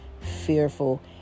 fearful